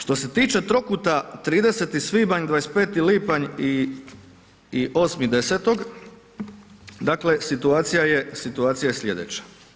Što se tiče trokuta 30. svibanj, 25. lipanj i 8.10. dakle situacija je sljedeća.